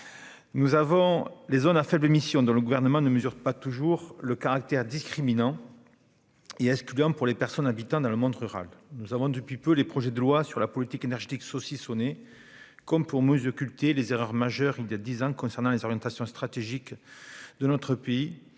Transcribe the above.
Quant aux zones à faibles émissions, le Gouvernement n'en mesure pas toujours le caractère discriminant et excluant pour les habitants du monde rural. Nous avons aussi depuis peu des projets de loi sur la politique énergétique « saucissonnés », comme pour mieux occulter les erreurs majeures commises il y a dix ans concernant les orientations stratégiques de notre pays